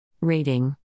Rating